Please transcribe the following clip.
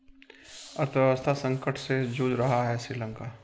अर्थव्यवस्था संकट से जूझ रहा हैं श्रीलंका